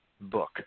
book